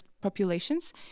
populations